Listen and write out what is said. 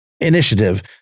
initiative